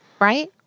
right